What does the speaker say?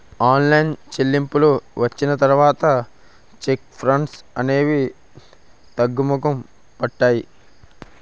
online చెల్లింపులు వచ్చిన తర్వాత చెక్ ఫ్రాడ్స్ అనేవి తగ్గుముఖం పట్టాయి